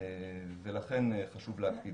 למעקב עד כדי